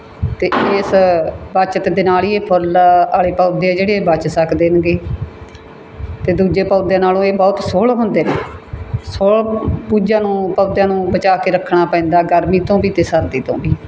ਅਤੇ ਇਸ ਬੱਚਤ ਦੇ ਨਾਲ ਹੀ ਇਹ ਫੁੱਲ ਵਾਲੇ ਪੌਦੇ ਜਿਹੜੇ ਬਚ ਸਕਦੇ ਨੇ ਗੇ ਅਤੇ ਦੂਜੇ ਪੌਦੇ ਨਾਲੋਂ ਇਹ ਬਹੁਤ ਸੋਹਲ ਹੁੰਦੇ ਨੇ ਸੋਹਲ ਦੂਜਿਆਂ ਨੂੰ ਪੌਦਿਆਂ ਨੂੰ ਬਚਾ ਕੇ ਰੱਖਣਾ ਪੈਂਦਾ ਗਰਮੀ ਤੋਂ ਵੀ ਅਤੇ ਸਰਦੀ ਤੋਂ ਵੀ